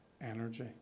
energy